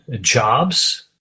jobs